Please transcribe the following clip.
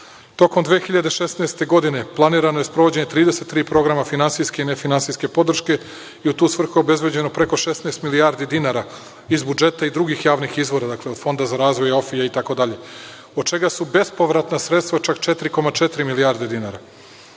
AOFI.Tokom 2016. godine planirano je sprovođenje 33 programa finansijske i nefinansijske podrške i u tu svrhu je obezbeđeno preko 16 milijardi dinara iz budžeta i drugih javnih izvora, dakle, od Fonda za razvoj, AOFI itd. od čega su bespovratna sredstva čak 4,4 milijarde dinara.